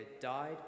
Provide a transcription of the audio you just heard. died